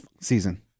season